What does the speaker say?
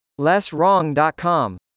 LessWrong.com